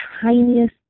tiniest